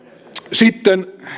sitten